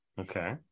Okay